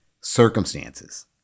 circumstances